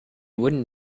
wooden